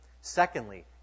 Secondly